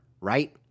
right